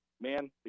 man